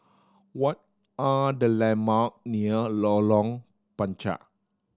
what are the landmark near Lorong Panchar